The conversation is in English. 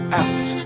out